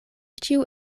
ĉiu